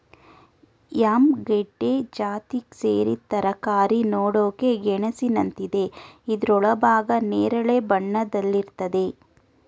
yam ಗೆಡ್ಡೆ ಜಾತಿಗ್ ಸೇರಿದ್ ತರಕಾರಿ ನೋಡಕೆ ಗೆಣಸಿನಂತಿದೆ ಇದ್ರ ಒಳಭಾಗ ನೇರಳೆ ಬಣ್ಣದಲ್ಲಿರ್ತದೆ